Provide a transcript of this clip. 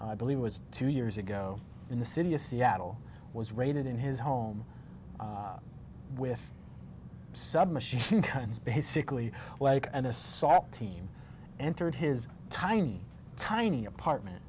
i believe was two years ago in the city of seattle was raided in his home with submachine guns basically like an assault team entered his tiny tiny apartment